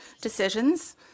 decisions